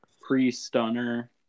Pre-Stunner